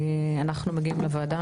אנחנו מגיעים לוועדה.